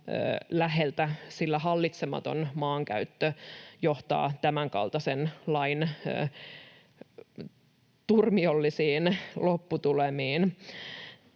sillä hallitsematon maankäyttö johtaa tämänkaltaisen lain turmiollisiin lopputulemiin.